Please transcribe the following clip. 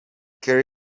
kelly